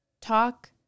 talk